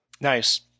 Nice